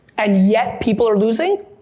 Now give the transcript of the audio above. and yet, people are losing?